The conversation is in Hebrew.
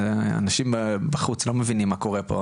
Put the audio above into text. אנשים בחוץ לא מבינים מה קורה פה,